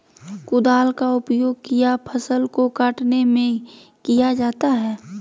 कुदाल का उपयोग किया फसल को कटने में किया जाता हैं?